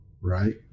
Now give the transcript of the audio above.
right